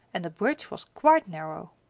and the bridge was quite narrow.